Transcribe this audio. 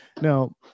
Now